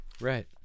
Right